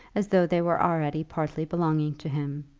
as though they were already partly belonging to him.